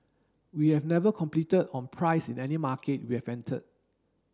we have never competed on price in any market we have entered